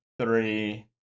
three